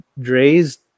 Dre's